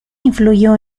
influyó